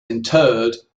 interred